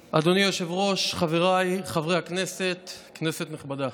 היושב-ראש, חבריי חברי הכנסת, כנסת נכבדה,